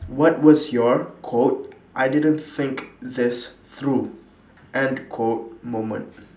what was your quote I didn't think this through end quote moment